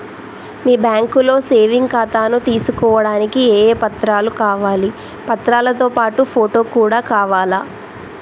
మీ బ్యాంకులో సేవింగ్ ఖాతాను తీసుకోవడానికి ఏ ఏ పత్రాలు కావాలి పత్రాలతో పాటు ఫోటో కూడా కావాలా?